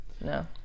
No